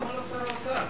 למה לא שר האוצר?